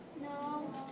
No